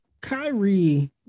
Kyrie